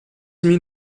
mean